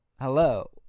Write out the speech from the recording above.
Hello